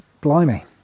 Blimey